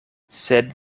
sed